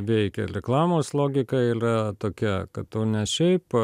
veikia leklamos logika ylia tokia kad tu ne šiaip